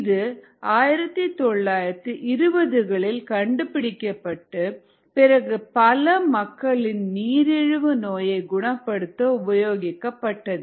இது 1920களில் கண்டுபிடிக்கப்பட்டு பிறகு பல மக்களின் நீரிழிவு நோயை குணப்படுத்த உபயோகிக்கப்பட்டது